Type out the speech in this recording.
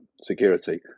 security